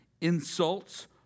insults